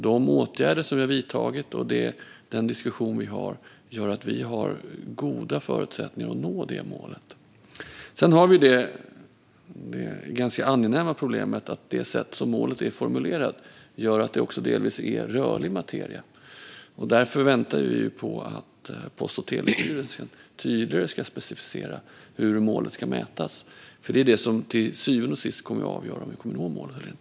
De åtgärder vi har vidtagit och den diskussion vi har betyder att vi också har goda förutsättningar att nå det målet. Vi har det ganska angenäma problemet att det sätt på vilket målet är formulerat gör att det delvis är rörlig materia. Därför väntar vi på att Post och telestyrelsen tydligare ska specificera hur målet ska mätas. Det är nämligen det som till syvende och sist kommer att avgöra om vi kommer att nå målet eller inte.